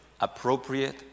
appropriate